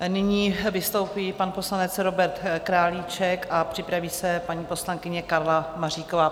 Nyní vystoupí pan poslanec Robert Králíček, připraví se paní poslankyně Karla Maříková.